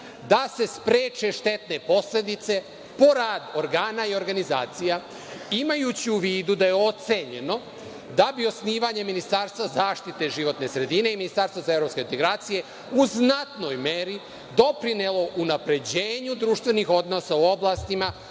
da se spreče štetne posledice po rad organa i organizacija, imajući u vidu da je ocenjeno da bi osnivanje ministarstva zaštite životne sredine i ministarstva za evropske integracije u znatnoj meri doprinelo unapređenju društvenih odnosa u oblastima